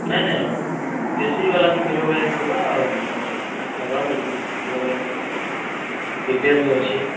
ନାଇ ନାଇ ଦେଶୀ ବାଲା ବି ଖୁଜ୍ବ୍ ବେଲେ ମିଲ୍ବା ଆଉ ଆମର୍ ଅରୁଆ ବି ଖୁଜ୍ବ ବେଲେ ମିଲ୍ବା ବିପିଏଲ୍ ବି ଅଛେ